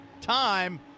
time